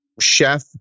chef